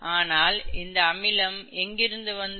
ஆனால் இந்த அமிலம் எங்கிருந்து வந்தது